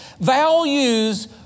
Values